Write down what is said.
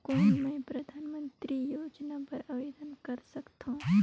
कौन मैं परधानमंतरी योजना बर आवेदन कर सकथव?